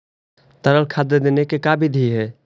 तरल खाद देने के का बिधि है?